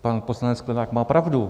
Pan poslanec Sklenák má pravdu.